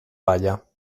palla